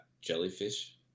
jellyfish